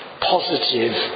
positive